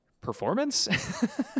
performance